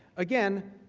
again,